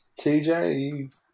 TJ